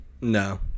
No